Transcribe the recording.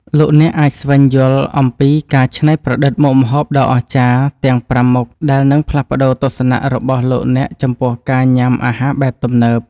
លោកអ្នកអាចស្វែងយល់អំពីការច្នៃប្រឌិតមុខម្ហូបដ៏អស្ចារ្យទាំងប្រាំមុខដែលនឹងផ្លាស់ប្តូរទស្សនៈរបស់លោកអ្នកចំពោះការញ៉ាំអាហារបែបទំនើប។